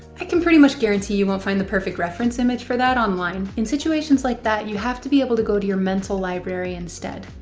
i can pretty much guarantee you won't find the reference image for that online. in situations like that, you have to be able to go to your mental library instead.